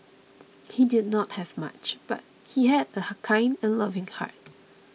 he did not have much but he had a kind and loving heart